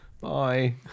Bye